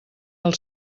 del